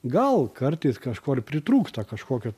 gal kartais kažko ir pritrūksta kažkokio